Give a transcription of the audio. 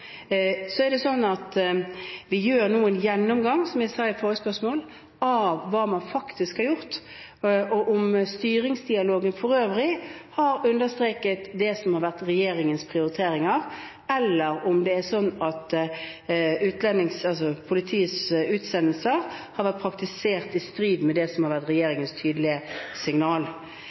Vi gjør nå en gjennomgang – som jeg sa i mitt svar på forrige spørsmål – av hva man faktisk har gjort, og av om styringsdialogen for øvrig har understreket det som har vært regjeringens prioriteringer, eller om det er sånn at politiets utsendelser har vært praktisert i strid med det som har vært regjeringens tydelige signal.